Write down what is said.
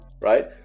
right